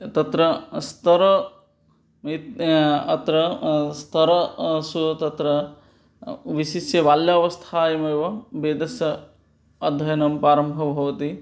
तत्र स्तरः वेदः अत्र स्तरः सु तत्र विशिष्य बाल्यावस्थायामेव वेदस्य अद्धयनं प्रारम्भः भवति